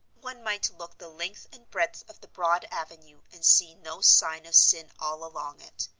one might look the length and breadth of the broad avenue and see no sign of sin all along it.